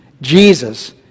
Jesus